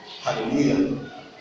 Hallelujah